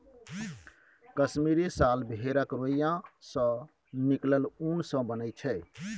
कश्मीरी साल भेड़क रोइयाँ सँ निकलल उन सँ बनय छै